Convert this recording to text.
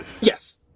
Yes